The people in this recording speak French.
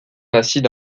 acide